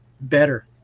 better